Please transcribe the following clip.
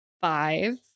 five